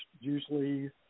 usually